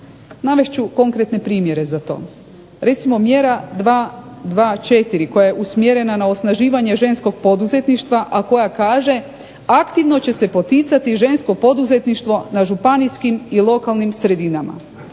Navest ću konkretne primjere za to. Recimo mjera 2.4 koja je usmjerena na osnaživanje ženskog poduzetništva, a koja kaže: aktivno će se poticati žensko poduzetništvo na županijskim i lokalnim sredinama.